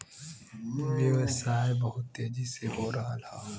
व्यवसाय बहुत तेजी से हो रहल हौ